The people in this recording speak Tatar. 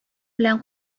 белән